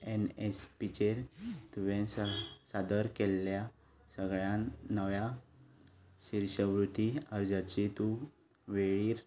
एनएसपीचेर तुवें सादर केल्ल्या सगळ्या नव्या शिश्यवृत्ती अर्जांची तूं वळेरी